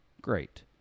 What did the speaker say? great